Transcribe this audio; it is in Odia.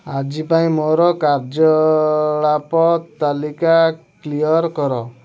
ଆଜି ପାଇଁ ମୋର କାର୍ଯ୍ୟକଳାପ ତାଲିକା କ୍ଲିଅର୍ କର